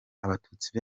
abatutsi